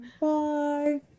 Bye